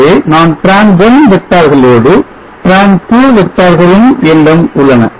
ஆகவே நான் tran 1 வெக்டார்களோடு tran 2 வெக்டார்களும் என்னிடம் உள்ளன